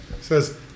says